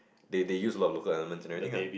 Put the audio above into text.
they they use a lot of local elements and everything lah